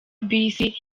bisi